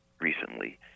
recently